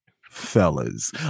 fellas